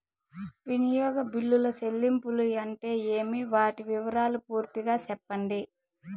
వినియోగ బిల్లుల చెల్లింపులు అంటే ఏమి? వాటి వివరాలు పూర్తిగా సెప్పండి?